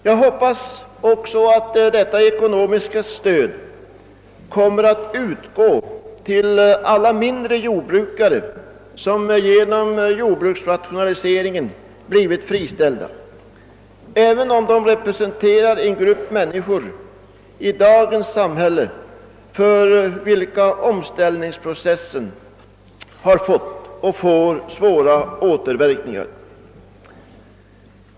Jag hoppas också att detta ekonomiska stöd kommer att utgå till alla de mindre jordbrukare, som genom jordbruksrationaliseringen blivit friställda. Även dessa representerar en grupp människor i dagens samhälle för vilka omställningsprocessen har fått och får svåra återverkningar.